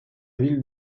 ville